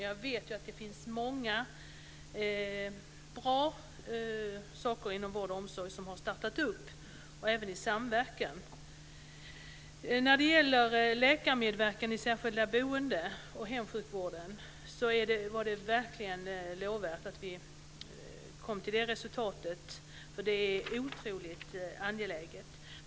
Jag vet ju att det finns många bra saker inom vård och omsorg som har startat upp, även vad gäller samverkan. Vad gäller läkarmedverkan i särskilda boenden och hemsjukvården var det verkligen lovvärt att vi kom till det resultatet. Det är otroligt angeläget.